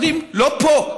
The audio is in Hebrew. אומרים: לא פה.